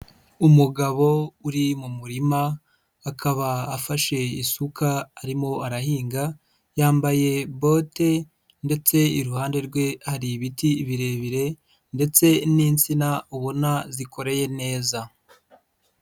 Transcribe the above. Umugabo uri mu murima, akaba afashe isuka arimo arahinga, yambaye bote ndetse iruhande rwe hari ibiti birebire, ndetse n'insina ubona zikoreye neza.